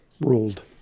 ruled